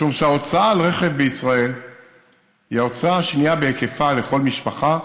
משום שההוצאה על רכב בישראל היא ההוצאה השנייה בהיקפה לכל משפחה,